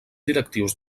directius